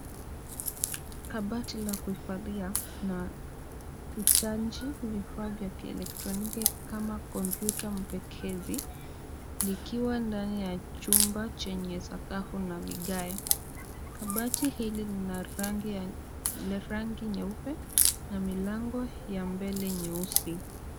Kabati la kuhifadhia na kuchaji vifaa vya kielektroniki kama kompyuta mpekezi , likiwa ndani ya chumba chenye sakafu na vigae. Kabati hili lina rangi nyeupe na milango ya mbele nyeusi.